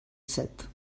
set